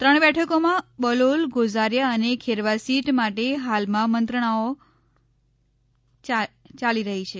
ત્રણ બેઠકોમાં બલોલ ગોઝારીયા અને ખેરવા સીટ માટે હાલમાં મંત્રણાઓ યાલી રહી છે